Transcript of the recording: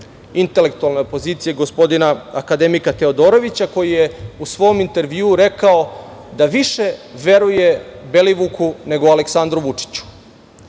intelektualne opozicije, gospodina akademika Teodorovića, koji je u svoj intervju rekao da više veruje Belivuku, nego Aleksandru Vučiću. Sa